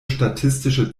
statistische